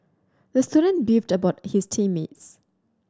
the student beefed about his team mates